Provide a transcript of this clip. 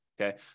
okay